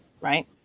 right